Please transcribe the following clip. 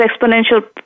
exponential